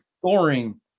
scoring